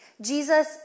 Jesus